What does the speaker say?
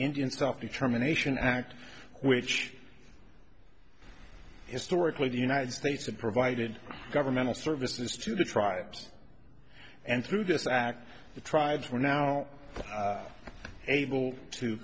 indian stock determination act which historically the united states had provided governmental services to the tribes and through this act the tribes were now able to